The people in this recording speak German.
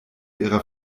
ihrer